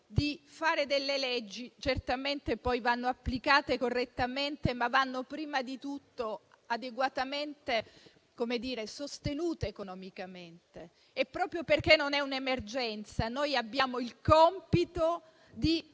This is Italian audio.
di fare delle leggi che certamente poi vanno applicate correttamente, ma che vadano prima di tutto adeguatamente sostenute economicamente. Proprio perché non è un'emergenza, abbiamo il compito di